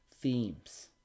themes